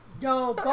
Yo